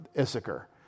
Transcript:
Issachar